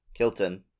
Kilton